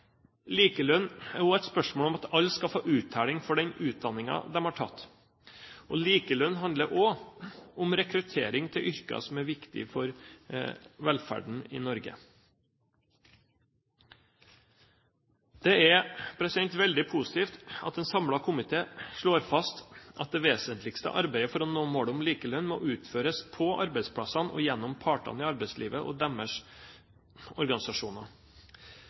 Likelønn er også et spørsmål om at alle skal få uttelling for den utdanningen de har tatt, og likelønn handler også om rekruttering til yrker som er viktige for velferden i Norge. Det er veldig positivt at en samlet komité slår fast at det vesentligste arbeidet for å nå målet om likelønn må utføres på arbeidsplassene og mellom partene i arbeidslivet og deres organisasjoner.